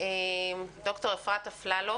ד"ר אפרת אפללו.